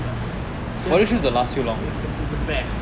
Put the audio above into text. is just is the is the best